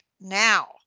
now